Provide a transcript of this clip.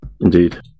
Indeed